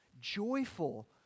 Joyful